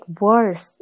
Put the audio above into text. worse